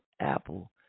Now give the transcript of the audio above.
Apple